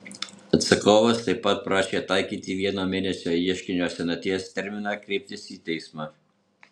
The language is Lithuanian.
atsakovas taip pat prašė taikyti vieno mėnesio ieškinio senaties terminą kreiptis į teismą